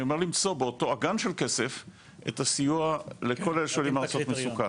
אני אומר למצוא באותו אגם של כסף את הסיוע לכל אלה שעולים מארצות מצוקה.